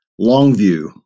Longview